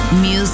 Music